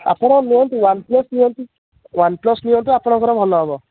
ଆପଣ ନିଅନ୍ତୁ ୱାନପ୍ଲସ୍ ନିଅନ୍ତୁ ୱାନପ୍ଲସ୍ ନିଅନ୍ତୁ ଆପଣଙ୍କର ଭଲ ହେବ